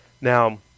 Now